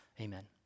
amen